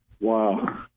Wow